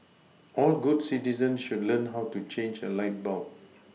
all good citizens should learn how to change a light bulb